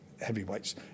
heavyweights